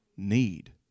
need